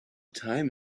time